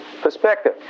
perspective